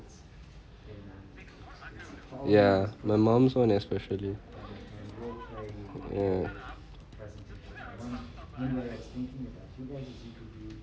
ya my mum's one especially ya